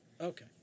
Okay